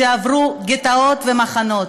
אנשים שעברו גטאות ומחנות.